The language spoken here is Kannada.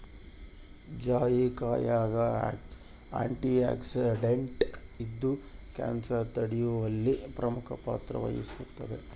ಜಾಯಿಕಾಯಾಗ ಆಂಟಿಆಕ್ಸಿಡೆಂಟ್ ಇದ್ದು ಕ್ಯಾನ್ಸರ್ ತಡೆಯುವಲ್ಲಿ ಪ್ರಮುಖ ಪಾತ್ರ ವಹಿಸುತ್ತದೆ